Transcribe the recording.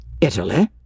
Italy